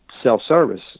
self-service